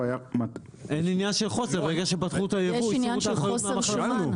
יש עניין של חוסר בשומן.